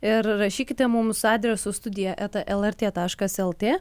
ir rašykite mums adresu studija eta lrt taškas lt